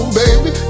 baby